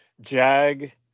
Jag